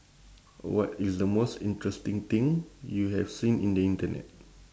what is the most interesting thing you have seen in the internet